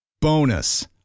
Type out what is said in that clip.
Bonus